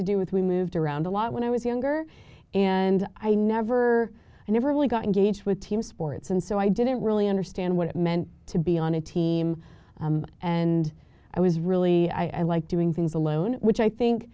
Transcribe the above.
to do with we moved around a lot when i was younger and i never i never really got engaged with team sports and so i didn't really understand what it meant to be on a team and i was really i like doing things alone which i think